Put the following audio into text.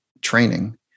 training